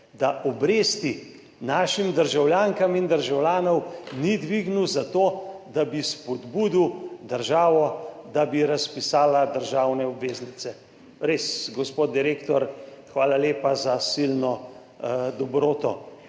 da obresti našim državljankam in državljanom ni dvignil, zato da bi spodbudil državo, da bi razpisala državne obveznice. Res, gospod direktor, hvala lepa za silno dobroto,